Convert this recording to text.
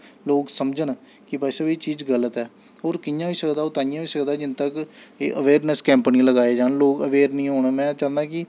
लोग समझन कि भाई साह्ब एह् चीज गल्त ऐ होर कि'यां होई सकदा ओह् तांइयैं होई सकदा जिन्न तक्क एह् अवेयरनैस्स कैंप निं लगाए जान लोग अवेयर निं होन में चाह्न्नां कि